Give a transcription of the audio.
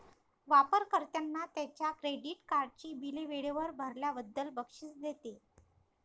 वापर कर्त्यांना त्यांच्या क्रेडिट कार्डची बिले वेळेवर भरल्याबद्दल बक्षीस देते